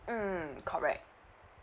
mm correct